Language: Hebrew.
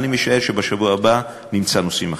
אני משער שבשבוע הבא נמצא נושאים אחרים.